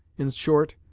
in short,